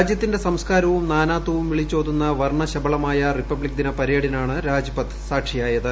രാജ്യത്തിന്റെ സംസ്കാരവും നാനാത്വവും വിളിച്ചോതുന്ന വർണശബളമായ റിപ്പബ്ലിക്ദിന പരേഡിനാണ് രാജ്പഥ് സാക്ഷിയായത്